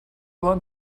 want